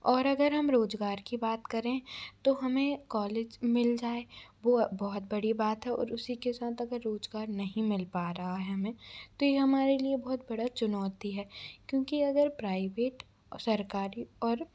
और अगर हम रोज़गार की बात करें तो हमें कॉलेज मिल जाए वह बहुत बड़ी बात है और उसी के साथ अगर रोज़गार नहीं मिल पा रहा है हमें तो यह हमारे लिए बहुत बड़ा चुनौती है क्योंकि अगर प्राइवेट सरकारी और